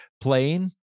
playing